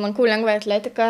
lankau lengvąją atletiką